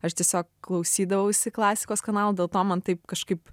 aš tiesiog klausydavausi klasikos kanalo dėl to man taip kažkaip